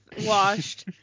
washed